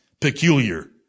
Peculiar